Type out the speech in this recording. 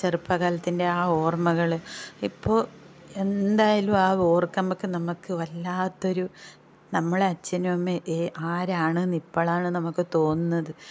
ചെറുപ്പ കാലത്തിൻ്റെ ആ ഓർമ്മകൾ ഇപ്പോൾ എന്തായാലും ആ ഓർക്കുമ്പോഴേക്ക് നമുക്ക് വല്ലാത്തൊരു നമ്മളെ അച്ഛനും അമ്മയും ആരാണെന്ന് ഇപ്പോഴാണ് നമുക്ക് തോന്നുന്നത്